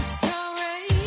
story